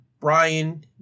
Brian